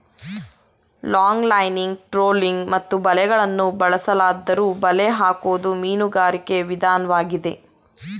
longlining trolling ಮತ್ತು ಬಲೆಗಳನ್ನು ಬಳಸಲಾದ್ದರೂ ಬಲೆ ಹಾಕೋದು ಮೀನುಗಾರಿಕೆ ವಿದನ್ವಾಗಿದೆ